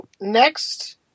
next